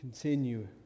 Continue